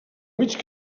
mig